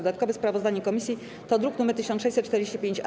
Dodatkowe sprawozdanie komisji to druk nr 1645-A.